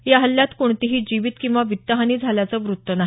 या हल्ल्यात कोणतीही जीवित किंवा वित्तहानी झाल्याचं वृत्त नाही